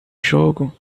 jogo